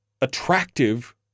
attractive